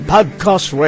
Podcast